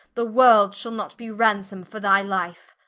the world shall not be ransome for thy life.